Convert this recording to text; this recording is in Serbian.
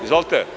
Izvolte?